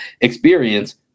experience